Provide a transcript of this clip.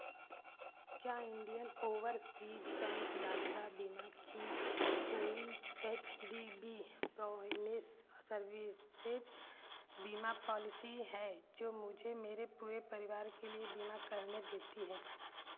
क्या Indian Overseas Bank यात्रा बीमा की कोई एच डी बी प्रोवोइनेस सर्विसेज बीमा पॉलिसी है जो मुझे मेरे पूरे परिवार के लिए बीमा करने देती है